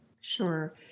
Sure